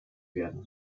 werden